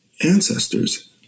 ancestors